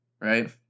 Right